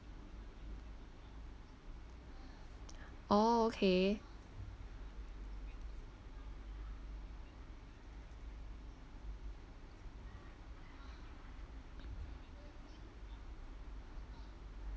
oh okay